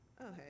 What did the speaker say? Okay